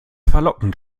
verlockend